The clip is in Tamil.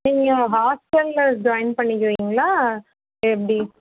நீங்கள் ஹாஸ்டலில் ஜாயின் பண்ணிக்கிறிங்களா இல்லை எப்படி